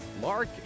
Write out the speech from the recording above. Mark